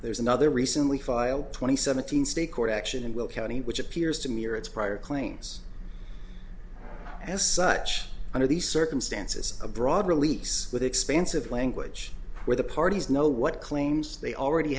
there's another recently filed twenty seventeen state court action and will county which appears to me are its prior claims as such under these circumstances a broad release with expansive language where the parties know what claims they already